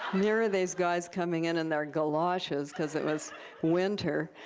here are these guys coming in in their galoshes because it was winter,